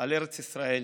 על ארץ ישראל,